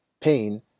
Pain